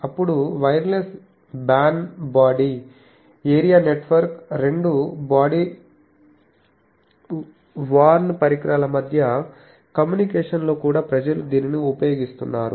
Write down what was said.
అప్పుడు wireless BAN body area network రెండు body worn పరికరాల మధ్య కమ్యూనికేషన్లో కూడా ప్రజలు దీనిని ఉపయోగిస్తున్నారు